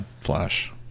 Flash